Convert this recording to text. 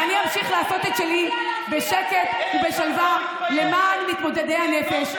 ואני אמשיך לעשות את שלי בשקט ובשלווה למען מתמודדי הנפש,